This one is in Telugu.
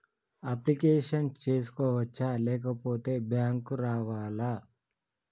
అప్లికేషన్ చేసుకోవచ్చా లేకపోతే బ్యాంకు రావాలా?